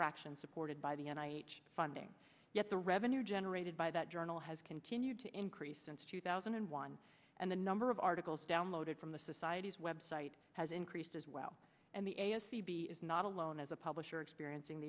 fraction supported by the end i each funding yet the revenue generated by that journal has continued to increase since two thousand and one and the number of articles downloaded from the society's website has increased as well and the s t b is not alone as a publisher experiencing